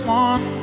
one